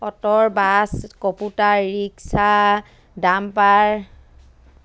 auto bus কপুটাৰ rickshaw dumper